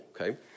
okay